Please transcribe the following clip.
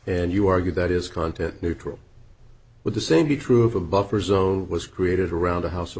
and you argue that is going to neutral with the same be true of a buffer zone was created around the house o